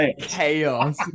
chaos